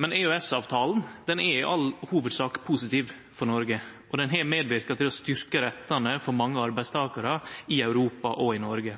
Men EØS-avtalen er i all hovudsak positiv for Noreg, og han har medverka til å styrkje rettane for mange arbeidstakarar i Europa og i Noreg.